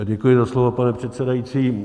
Děkuji za slovo, pane předsedající.